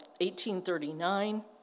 1839